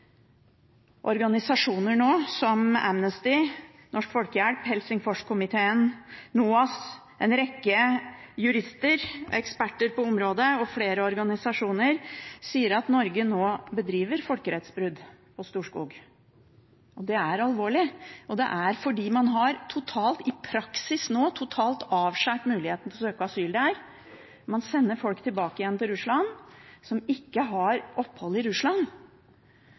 organisasjoner sier at Norge nå bedriver folkerettsbrudd på Storskog. Det er alvorlig, og det er fordi man i praksis nå totalt har avskåret muligheten til å søke asyl der. Man sender folk tilbake igjen til Russland som ikke har opphold i Russland,